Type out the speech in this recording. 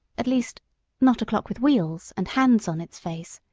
at least not a clock with wheels, and hands on its face,